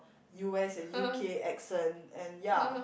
U_S and U_K accent and ya